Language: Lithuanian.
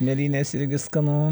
mėlynės irgi skanu